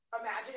imagine